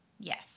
Yes